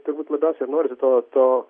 turbūt labiausiai ir norisi to to